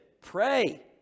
Pray